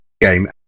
game